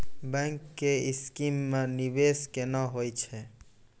Bank के scheme मे निवेश केना होय छै?